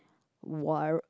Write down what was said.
while